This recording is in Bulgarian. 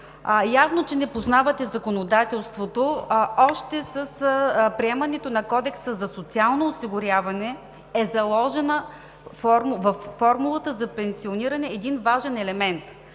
Явно, че не познавате законодателството. Още с приемането на Кодекса за социално осигуряване е заложен във формулата за пенсиониране един важен елемент,